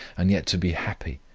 and yet to be happy,